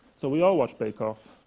so, we all watch bake off.